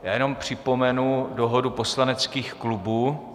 Já jenom připomenu dohodu poslaneckých klubů.